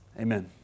Amen